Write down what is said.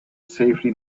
safely